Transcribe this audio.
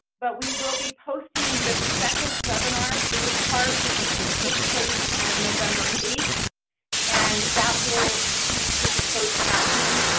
but we will be posting that the second webinar for this part which is takes place on november eighth and that will include a closed captioning.